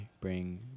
bring